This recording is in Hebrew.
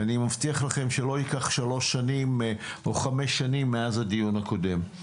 אני מבטיח לכם שלא ייקח שלוש שנים או חמש שנים מאז הדיון הקודם.